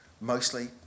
mostly